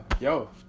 Yo